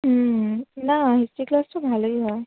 হুম না history class তো ভালোই হয়